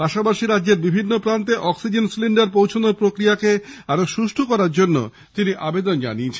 পাশাপাশি রাজ্যের বিভিন্ন প্রান্তে অক্সিজেন সিলিন্ডার পৌছনোর প্রক্রিয়াকে আরো সুষ্ঠু করারও তিনি আবেদন জানিয়েছেন